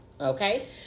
Okay